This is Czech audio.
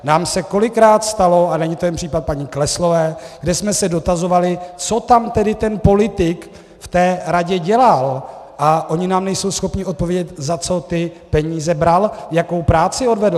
Nám se kolikrát stalo, a není to jen případ paní Kleslové, kde jsme se dotazovali, co tam tedy ten politik v té radě dělal, a oni nám nejsou schopni odpovědět, za co ty peníze bral, jakou práci odvedl.